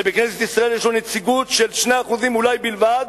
שבכנסת ישראל יש לו נציגות של 2% אולי בלבד,